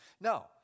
No